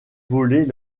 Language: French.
voler